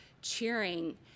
cheering